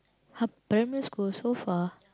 !huh! primary school so far